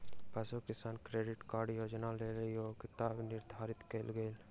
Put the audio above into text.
पशु किसान credit card योजनाक लेल योग्यता निर्धारित कयल गेल